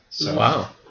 Wow